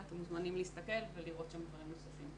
ואתם מוזמנים להסתכל ולראות שם דברים נוספים.